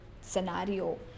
scenario